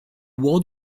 world